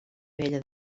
vella